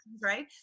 right